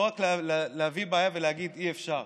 לא רק להביא בעיה ולהגיד: אי-אפשר.